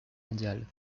mondiale